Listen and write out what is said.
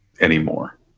anymore